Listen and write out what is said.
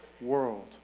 world